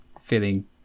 feeling